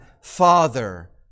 father